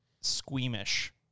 squeamish